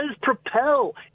propel